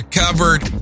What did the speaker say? covered